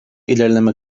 ilerleme